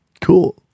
Cool